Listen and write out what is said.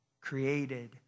created